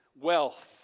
wealth